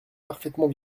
parfaitement